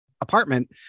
apartment